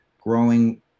growing